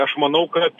aš manau kad tu